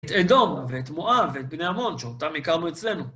את אדום, ואת מואב, ואת בני אמון, שאותם הכרנו אצלנו.